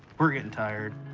we're getting tired.